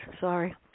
Sorry